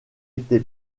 été